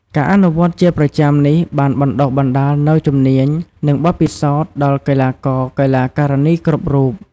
ការអនុវត្តន៍ជាប្រចាំនេះបានបណ្ដុះបណ្ដាលនូវជំនាញ និងបទពិសោធន៍ដល់កីឡាករ-កីឡាការិនីគ្រប់រូប។